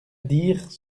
dire